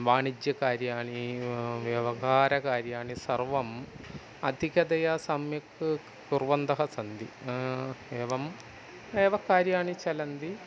वाणिज्यकार्याणि व्यवहारकार्याणि सर्वम् अधिकतया सम्यक् कुर्वन्तः सन्ति न एवम् एव कार्याणि चलन्ति